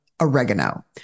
oregano